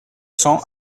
cents